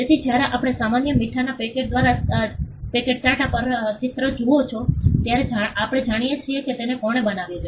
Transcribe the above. તેથી જ્યારે આપણે સામાન્ય મીઠાના પેકેટ પર ટાટા ચિહ્ન જુએ છે ત્યારે આપણે જાણીએ છીએ કે તેને કોણે બનાવ્યું છે